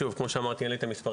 שוב, כמו שאמרתי אין לי את המספרים.